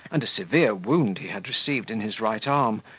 and a severe wound he had received in his right arm,